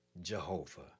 Jehovah